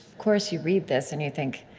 course, you read this, and you think,